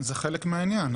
זה חלק מהעניין,